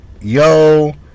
Yo